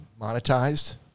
monetized